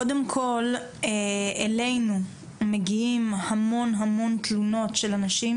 קודם כל אלינו מגיעים המון המון תלונות של אנשים